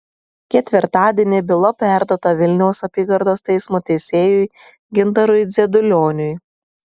ketvirtadienį byla perduota vilniaus apygardos teismo teisėjui gintarui dzedulioniui